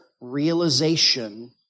realization